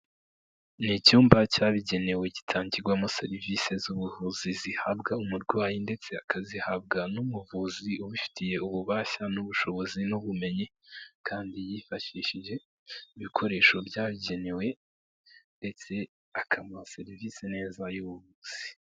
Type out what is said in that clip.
Ni icyumba cyabigenewe gitangirwamo serivise z'ubuvuzi zihabwa umurwayi ndetse akazihabwa n'umuvuzi ubifitiye ububasha n'ubushobozi n'ubumenyi kandi yifashishije ibikoresho byagenewe ndetse akamuha serivise neza y'ubuvuzi.